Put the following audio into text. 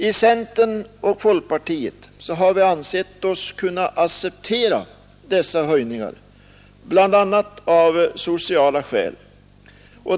Inom centern och folkpartiet har vi ansett oss kunna acceptera dessa höjningar, bl.a. av sociala skäl.